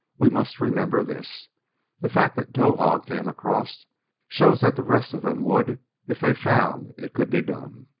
we must remember this the fact that towahg came across shows that the rest of them would if they found it could be done.